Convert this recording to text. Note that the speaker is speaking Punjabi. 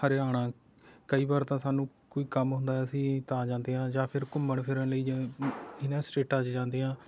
ਹਰਿਆਣਾ ਕਈ ਵਾਰ ਤਾਂ ਸਾਨੂੰ ਕੋਈ ਕੰਮ ਹੁੰਦਾ ਹੈ ਅਸੀਂ ਤਾਂ ਜਾਂਦੇ ਹਾਂ ਜਾਂ ਫਿਰ ਘੁੰਮਣ ਫਿਰਨ ਲਈ ਜਾਂ ਇਹਨਾਂ ਸਟੇਟਾਂ 'ਚ ਜਾਂਦੇ ਹਾਂ